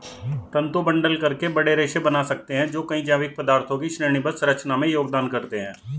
तंतु बंडल करके बड़े रेशे बना सकते हैं जो कई जैविक पदार्थों की श्रेणीबद्ध संरचना में योगदान करते हैं